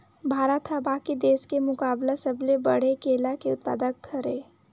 भारत हा बाकि देस के मुकाबला सबले बड़े केला के उत्पादक हरे